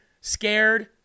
scared